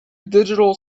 digital